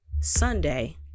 sunday